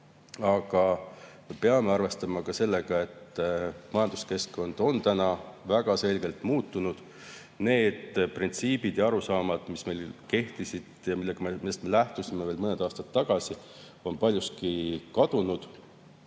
me peame arvestama ka sellega, et majanduskeskkond on väga selgelt muutunud. Need printsiibid ja arusaamad, mis meil kehtisid ja millest me lähtusime veel mõned aastad tagasi, on paljuski [vananenud],